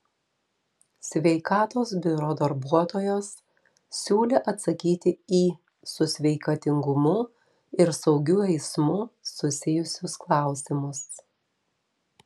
sveikatos biuro darbuotojos siūlė atsakyti į su sveikatingumu ir saugiu eismu susijusius klausimus